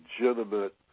legitimate